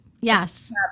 Yes